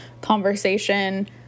conversation